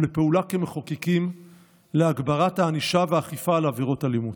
ולפעול כמחוקקים להגברת הענישה והאכיפה על עבירות אלימות.